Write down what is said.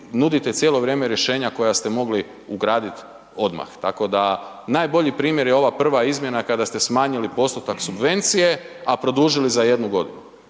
nudite cijelo vrijeme rješenja koja ste mogli ugradit odmah tako da najbolji primjer je ova prva izmjena kada ste smanjili postotak subvencije a produžili za jednu godinu.